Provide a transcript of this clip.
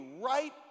right